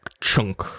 chunk